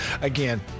again